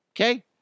Okay